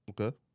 Okay